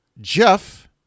Jeff